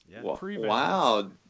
Wow